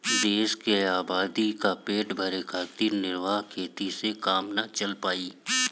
देश के आबादी क पेट भरे खातिर निर्वाह खेती से काम ना चल पाई